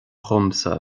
domsa